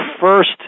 first